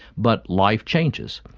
but life changes.